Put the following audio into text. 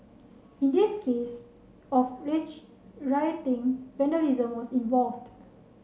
in this case of rich rioting vandalism was involved